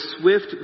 swift